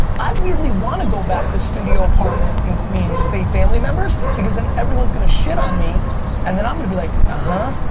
i weirdly wanna go back to studio apartment in queens with eight family members because then everyone's gonna shit on me and then i'm gonna be like ah